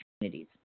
communities